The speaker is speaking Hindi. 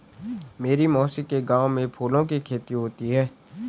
मेरी मौसी के गांव में फूलों की खेती होती है